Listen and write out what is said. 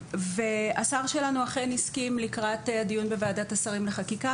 השר שלנו אכן הסכים לקראת הדיון בוועדת השרים לחקיקה.